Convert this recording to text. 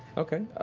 okay.